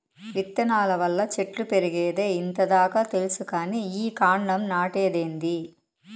విత్తనాల వల్ల చెట్లు పెరిగేదే ఇంత దాకా తెల్సు కానీ ఈ కాండం నాటేదేందీ